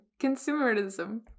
consumerism